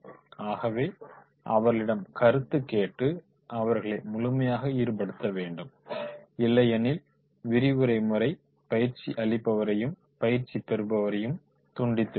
ஆகவே அவர்களிடம் கருத்து கேட்டு அவர்களை முழுமையாக ஈடுபடுத்த வேண்டும் இல்லையெனில் விரிவுரை முறை பயிற்சி அளிப்பவரையும் பயிற்சி பெறுபவரையும் துண்டித்துவிடும்